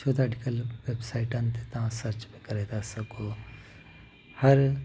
छो त अॼुकल्ह वेबसाइटनि ते तव्हां सर्च करे था सघो हर